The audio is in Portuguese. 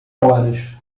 horas